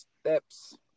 steps